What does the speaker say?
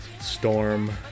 storm